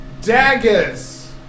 daggers